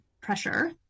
pressure